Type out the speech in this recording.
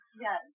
Yes